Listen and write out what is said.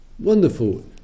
Wonderful